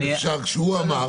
אם אפשר --- שנייה,